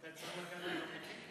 היית צריך לקחת גם אותי,